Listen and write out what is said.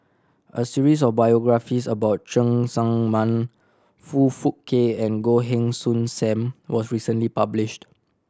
a series of biographies about Cheng Tsang Man Foong Fook Kay and Goh Heng Soon Sam was recently published